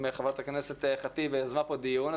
אם חברת הכנסת ח'טיב יזמה פה דיון,